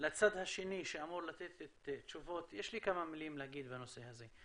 לצד השני שאמור לתת תשובות יש לי כמה מילים להגיד בנושא הזה.